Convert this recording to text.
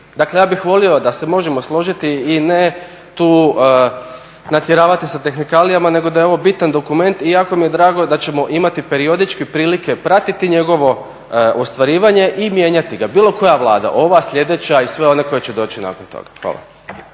Dakle, ja bih volio da se možemo složiti i ne tu natjeravati sa tehnikalijama, nego da je ovo bitan dokument i jako mi je drago da ćemo imati periodičke prilike pratiti njegovo ostvarivanje i mijenjati ga, bilo koja Vlada, ova, sljedeća i sve one koje će doći nakon toga. Hvala.